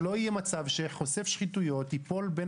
שלא יהיה מקרה שחושף שחיתויות ייפול בין